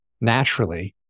naturally